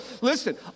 listen